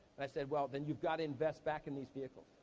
and i said, well, then you gotta invest back in these vehicles.